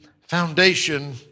foundation